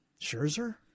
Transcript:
Scherzer